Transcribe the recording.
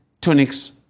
tunics